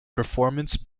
performance